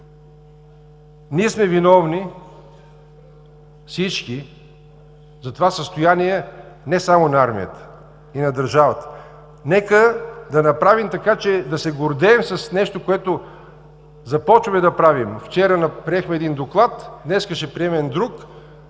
сме виновни за това състояние не само на армията и на държавата. Нека да направим така, че да се гордеем с нещо, което започваме да правим. Вчера приехме един доклад, днес ще приемам друг.